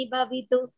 Babitu